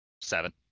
Seven